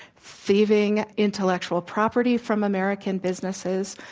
thieving intellectual property from american businesses,